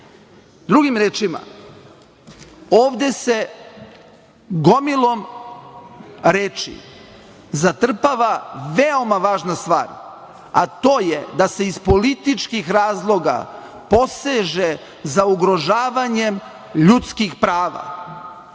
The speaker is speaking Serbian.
reč. Drugim rečima ovde se gomilom reči zatrpava veoma važna stvar, a to je da se iz političkih razloga poseže za ugrožavanjem ljudskih prava.